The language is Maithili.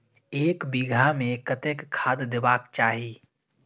एक बिघा में कतेक खाघ देबाक चाही?